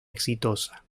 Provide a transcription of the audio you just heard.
exitosa